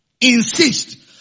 Insist